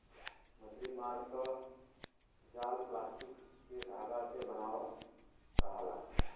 मछरी मारे क जाल प्लास्टिक के धागा से बनल रहेला